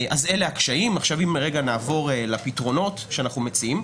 אלה הקשיים, ואם נעבור לפתרונות שאנחנו מציעים,